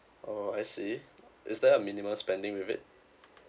oh I see is there a minimum spending with it